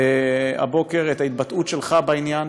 הבוקר את ההתבטאות שלך בעניין,